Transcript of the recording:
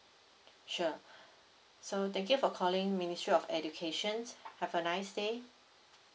sure so thank you for calling ministry of educations have a nice day